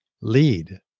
lead